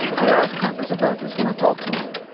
i asked compass about this when i talked to him.